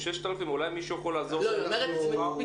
6,000 ואולי מישהו יכול לעזור לגבי מספר